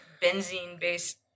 benzene-based